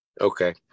Okay